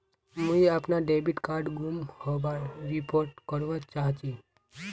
मुई अपना debit card गूम होबार रिपोर्ट करवा चहची